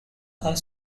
are